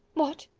what,